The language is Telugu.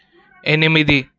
ఎనిమిది